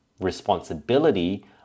responsibility